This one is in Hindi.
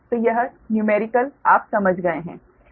तो यह न्यूमेरिकल आप समझ गए हैं